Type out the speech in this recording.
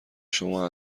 شما